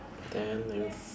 then you